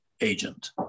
agent